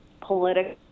political